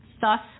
thus